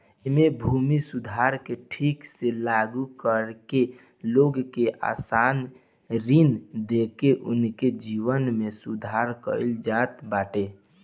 एमे भूमि सुधार के ठीक से लागू करके लोग के आसान ऋण देके उनके जीवन में सुधार कईल जात बाटे